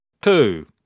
two